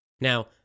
Now